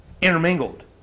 intermingled